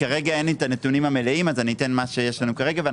כרגע אין לי את הנתונים המלאים ואציג את מה שיש לנו כרגע.